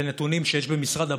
זה נתונים שיש במשרד הבריאות,